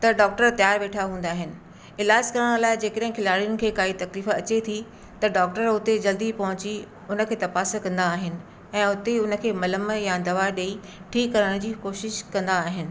त डॉक्टर तयारु वेठा हूंदा आहिनि इलाजु करण लाइ जेकॾहिं खिलाड़ियुनि खे काइ तकलीफ़ अचे थी त डॉक्टर उते जल्दी पहुची उनखे तपास कंदा आहिनि ऐं उते उनखे मलम या दवा ॾेइ ठीक करण जी कोशिशि कंदा आहिनि